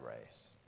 race